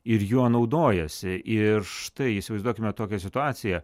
ir juo naudojasi ir štai įsivaizduokime tokią situaciją